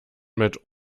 mit